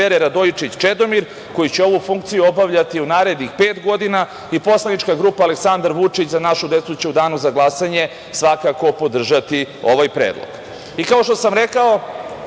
izabere Radojičić Čedomir, koji će ovu funkciju obavljati u narednih pet godina, a Poslanička grupa Aleksandar Vučić – Za našu decu, će u danu za glasanje podržati ovaj predlog. Kao što sam rekao,